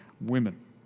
women